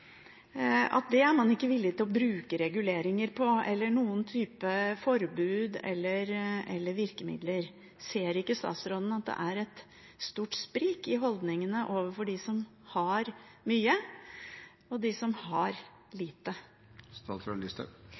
er man ikke villig til å bruke reguleringer eller noen typer forbud eller virkemidler for: Ser ikke statsråden at det er et stort sprik i holdningene overfor dem som har mye, og dem som har lite?